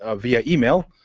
ah via email.